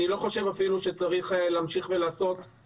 אני לא חושב אפילו שצריך להמשיך ולהשקיע